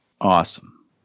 Awesome